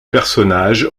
personnage